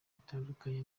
bitandukanye